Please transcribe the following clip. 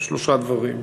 שלושה דברים.